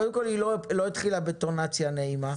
קודם כול, היא לא התחילה בטונציה נעימה.